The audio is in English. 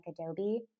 Adobe